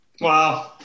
Wow